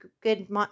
good